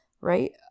Right